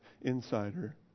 insider